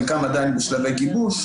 חלקם עדיין בשלבי גיבוש,